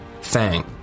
fang